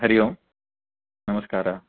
हरिः ओं नमस्कारः